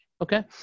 okay